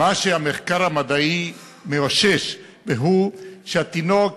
מה שהמחקר המדעי מאשש, והוא שהתינוק,